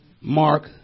Mark